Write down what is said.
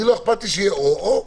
לא אכפת לי שיהיה או או.